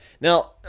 Now